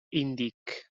índic